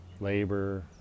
labor